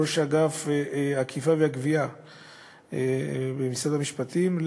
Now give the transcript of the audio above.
ראש אגף האכיפה והגבייה במשרד המשפטים,